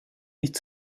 nicht